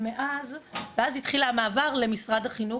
ואז התחיל המעבר למשרד החינוך,